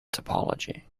topology